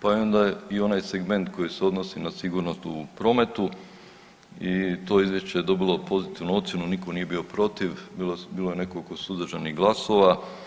pa onda i onaj segment koji se odnosi na sigurnost u prometu i to je izvješće dobilo pozitivnu ocjenu, nitko nije bio protiv, bilo je nekoliko suzdržanih glasova.